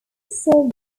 serve